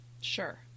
Sure